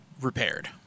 repaired